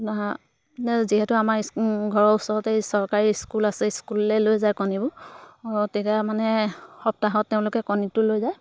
যিহেতু আমাৰ ঘৰৰ ওচৰতে চৰকাৰী স্কুল আছে স্কুললৈ লৈ যায় কণীবোৰ তেতিয়া মানে সপ্তাহত তেওঁলোকে কণীটো লৈ যায়